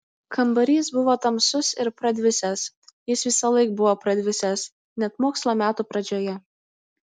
kambarys buvo tamsus ir pradvisęs jis visąlaik buvo pradvisęs net mokslo metų pradžioje